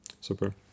Super